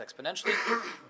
exponentially